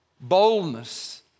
boldness